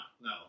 no